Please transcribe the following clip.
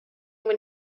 when